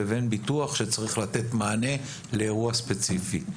לבין ביטוח שצריך לתת מענה לאירוע ספציפי.